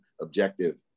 objective